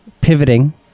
pivoting